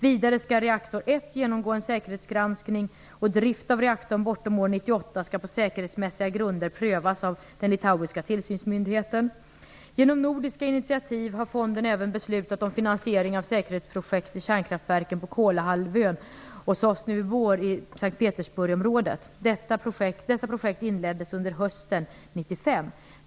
Vidare skall reaktor 1 genomgå en säkerhetsgranskning, och drift av reaktorn bortom år 1998 skall på säkerhetsmässiga grunder prövas av den litauiska tillsynsmyndigheten. Genom nordiska initiativ har fonden även belsutat om finansiering av säkerhetsprojekt i kärnkraftverken på Kolahalvön och i Sosnovyj Bor i St. Petersburgsområdet. Dessa projekt inleddes under hösten 1995.